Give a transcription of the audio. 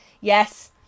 Yes